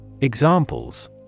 Examples